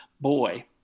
Boy